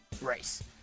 race